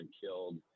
killed